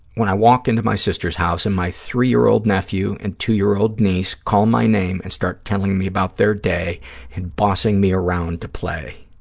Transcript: when i walk into my sister's house and my three-year-old nephew and two-year-old niece call my name and start telling me about their day and bossing me around to play.